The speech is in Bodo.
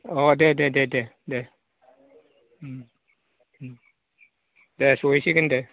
अ दे दे दे दे दे सहैसिगोन दे